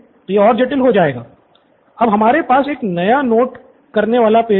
student Siddharth अब हमारे पास एक नया नोट करने वाला पेज होगा